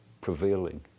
prevailing